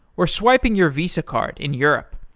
or swiping your visa card in europe,